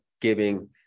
giving